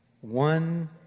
one